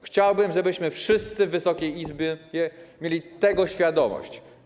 Chciałbym, żebyśmy wszyscy w Wysokiej Izbie mieli tego świadomość.